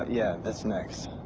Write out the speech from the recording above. yeah, that's next.